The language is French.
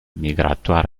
migratoire